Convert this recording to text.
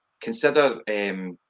Consider